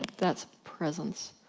that's presence.